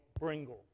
Bringle